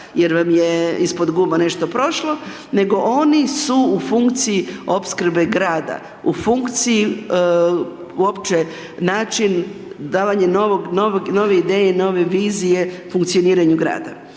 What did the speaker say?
jer vam je ispod guma nešto prošlo nego oni su u funkciji opskrbe grada, u funkciji uopće način, davanje nove ideje i nove vizije funkcioniranju grada.